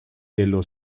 dello